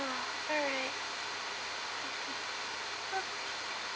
alright